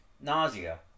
nausea